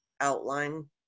outline